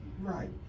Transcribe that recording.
Right